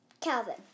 Calvin